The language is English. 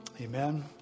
Amen